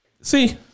See